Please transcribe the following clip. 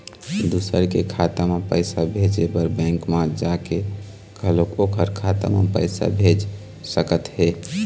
दूसर के खाता म पइसा भेजे बर बेंक म जाके घलोक ओखर खाता म पइसा भेज सकत हे